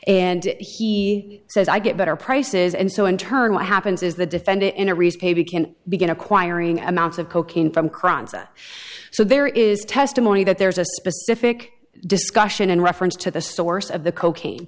and he says i get better prices and so in turn what happens is the defendant in a recent can begin acquiring amounts of cocaine from crimes so there is testimony that there is a specific discussion in reference to the source of the cocaine